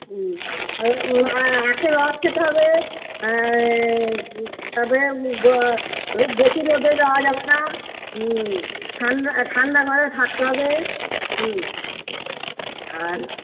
আখের রস খেতে হবে তারপরে বেশি রোদে যাওয়া যাবে না ঠান্ডা ঠান্ডা ঘরে থাকতে হবে আর